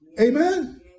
amen